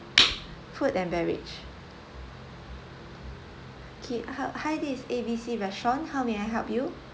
food and beverage okay ha~ hi this A B C restaurant how may I help you